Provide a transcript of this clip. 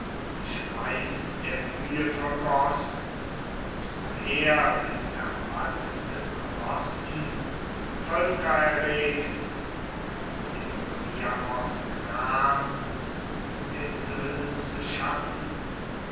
schweiß der mühe vergoß und umher mit ermatteten rossen völker erregt um dem priamos gram und den söhnen zu schaffen